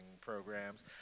programs